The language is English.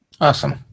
Awesome